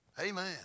Amen